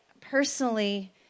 personally